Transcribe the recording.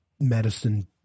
medicine